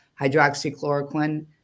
hydroxychloroquine